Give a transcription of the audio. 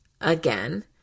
again